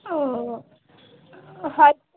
ও হয়তো